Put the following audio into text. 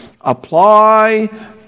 apply